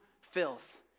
filth